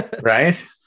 Right